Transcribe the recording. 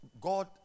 God